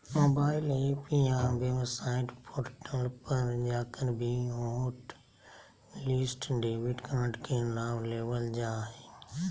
mobile app या website portal पर जाकर भी हॉटलिस्ट डेबिट कार्ड के लाभ लेबल जा हय